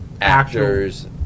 actors